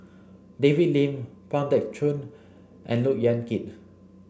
David Lim Pang Teck Joon and Look Yan Kit